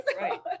Right